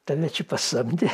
tave čia pasamdė